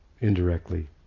indirectly